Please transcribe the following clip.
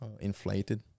inflated